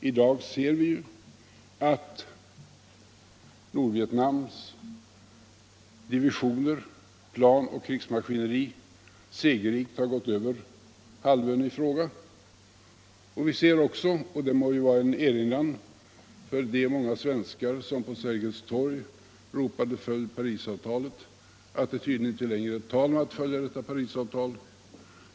I dag ser vi att Nordvietnams divisioner, plan och krigsmaskineri segerrikt har gått över halvön i fråga. Vi ser också — och det må vara en erinran för de många svenskar som på Sergels torg ropade: ”Följ Parisavtalet!” — att det tydligen inte längre är tal om att följa detta Parisavtal.